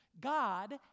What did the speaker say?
God